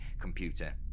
computer